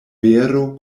vero